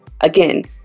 Again